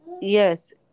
Yes